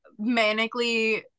manically